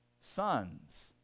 sons